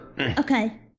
Okay